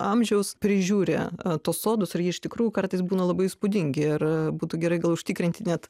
amžiaus prižiūri tos sodus ir jie iš tikrųjų kartais būna labai įspūdingi ir būtų gerai gal užtikrinti net